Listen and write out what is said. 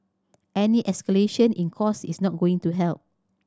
any escalation in costs is not going to help